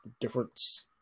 difference